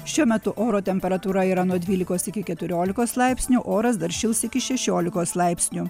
šiuo metu oro temperatūra yra nuo dvylikos iki keturiolikos laipsnių oras dar šils iki šešiolikos laipsnių